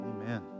Amen